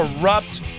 corrupt